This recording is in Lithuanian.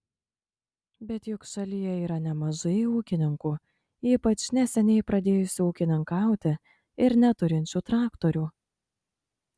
bet juk šalyje yra nemažai ūkininkų ypač neseniai pradėjusių ūkininkauti ir neturinčių traktorių